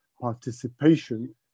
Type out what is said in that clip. participation